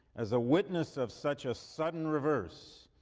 as a witness of such a sudden reverse.